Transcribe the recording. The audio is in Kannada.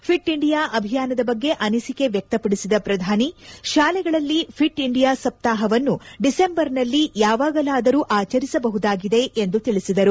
ಫಿಟ್ ಇಂಡಿಯಾ ಅಭಿಯಾನದ ಬಗ್ಗೆ ಅನಿಸಿಕೆ ವ್ಯಕ್ತಪಡಿಸಿದ ಪ್ರಧಾನಿ ಶಾಲೆಗಳಲ್ಲಿ ಫಿಟ್ ಇಂಡಿಯಾ ಸಪ್ತಾಪವನ್ನು ಡಿಸೆಂಬರ್ನಲ್ಲಿ ಯಾವಾಗಲಾದರೂ ಆಚರಿಸಬಹುದಾಗಿದೆ ಎಂದು ತಿಳಿಸಿದರು